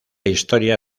historia